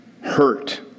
hurt